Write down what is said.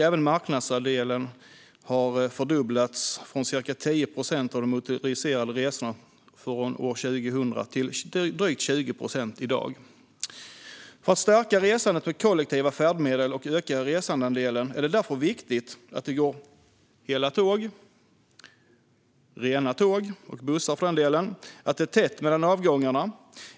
Även marknadsandelen har fördubblats, från ca 10 procent av de motoriserade resorna år 2000 till drygt 20 procent i dag. För att stärka resandet med kollektiva färdmedel och öka resandeandelen är det viktigt att det går hela och rena tåg och bussar och att det är tätt mellan avgångarna.